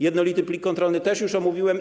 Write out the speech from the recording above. Jednolity plik kontrolny też już omówiłem.